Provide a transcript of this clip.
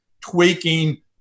tweaking